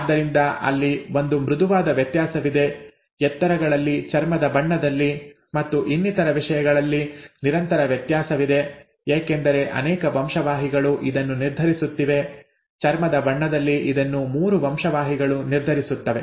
ಆದ್ದರಿಂದ ಅಲ್ಲಿ ಒಂದು ಮೃದುವಾದ ವ್ಯತ್ಯಾಸವಿದೆ ಎತ್ತರಗಳಲ್ಲಿ ಚರ್ಮದ ಬಣ್ಣದಲ್ಲಿ ಮತ್ತು ಇನ್ನಿತರ ವಿಷಯಗಳಲ್ಲಿ ನಿರಂತರ ವ್ಯತ್ಯಾಸವಿದೆ ಏಕೆಂದರೆ ಅನೇಕ ವಂಶವಾಹಿಗಳು ಇದನ್ನು ನಿರ್ಧರಿಸುತ್ತಿವೆ ಚರ್ಮದ ಬಣ್ಣದಲ್ಲಿ ಇದನ್ನು 3 ವಂಶವಾಹಿಗಳು ನಿರ್ಧರಿಸುತ್ತವೆ